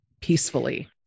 peacefully